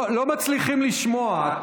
לא מצליחים לשמוע.